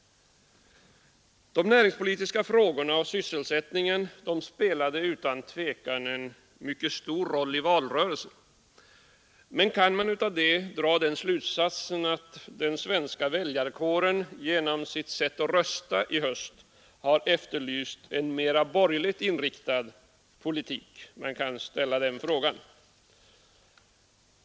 De näringspolitiska frågorna och sysselsättningen spelade utan tvekan en mycket stor roll i valrörelsen. Men kan man av det dra slutsatsen att den svenska väljarkåren genom sitt sätt att rösta i höstas efterlyste en mer borgerligt inriktad politik? Man kan ställa den frågan.